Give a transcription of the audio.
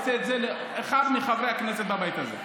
עושה את זה לאחד מחברי הכנסת בבית הזה.